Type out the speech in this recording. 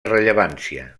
rellevància